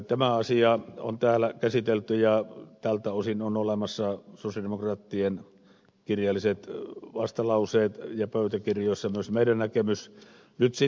tämä asia on täällä käsitelty ja tältä osin on olemassa sosialidemokraattien kirjalliset vastalauseet ja pöytäkirjoissa myös meidän näkemyksemme